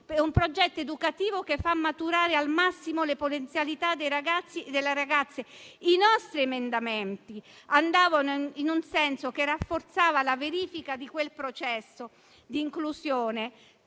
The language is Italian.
un progetto educativo che fa maturare al massimo le potenzialità dei ragazzi e delle ragazze. I nostri emendamenti andavano in un senso che rafforzava la verifica di quel processo di inclusione